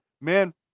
man